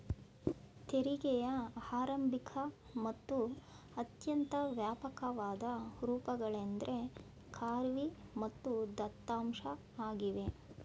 ತೆರಿಗೆಯ ಆರಂಭಿಕ ಮತ್ತು ಅತ್ಯಂತ ವ್ಯಾಪಕವಾದ ರೂಪಗಳೆಂದ್ರೆ ಖಾರ್ವಿ ಮತ್ತು ದತ್ತಾಂಶ ಆಗಿವೆ